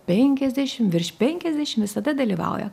penkiasdešimt virš penkiasdešimt visada dalyvauja